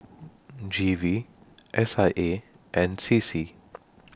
G V S I A and C C